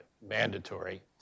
mandatory